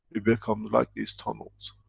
we become like these tunnels.